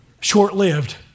Short-lived